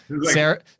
Sarah